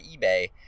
eBay